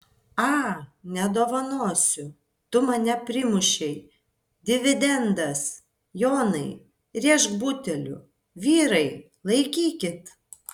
a nedovanosiu tu mane primušei dividendas jonai rėžk buteliu vyrai laikykit